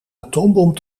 atoombom